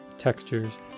textures